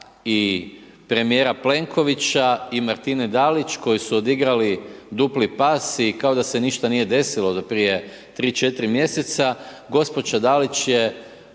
i premijera Plenkovića i Martine Dalić koji su igrali dupli pas i kao da se ništa nije desilo prije 3, 4 mj., gospođa Dalić je